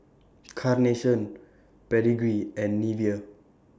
Carnation Pedigree and Nivea